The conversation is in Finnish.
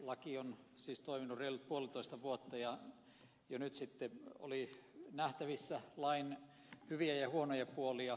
hankintalaki on siis toiminut reilut puolitoista vuotta ja jo nyt sitten oli nähtävissä lain hyviä ja huonoja puolia